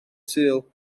sul